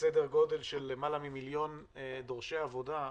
סדר גודל של למעלה ממיליון דורשי עבודה,